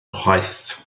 chwaith